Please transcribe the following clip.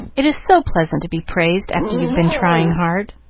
it is so pleasant to be praised after you've been trying hard.